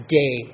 day